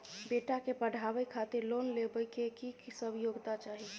बेटा के पढाबै खातिर लोन लेबै के की सब योग्यता चाही?